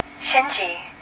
Shinji